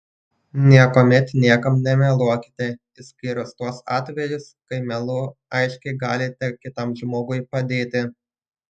niekuomet niekam nemeluokite išskyrus tuos atvejus kai melu aiškiai galite kitam žmogui padėti